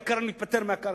העיקר אני מתפטר מהקרקע.